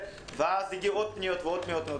ואז הגיעו עוד פניות ועוד פניות.